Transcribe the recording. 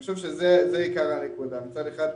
מצד אחד,